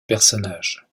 personnage